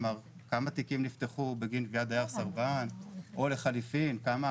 כמה תיקים נפתחו בגין תביעת דייר סרבן או לחליפין כמה